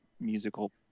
musical